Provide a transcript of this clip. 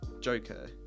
Joker